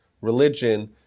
religion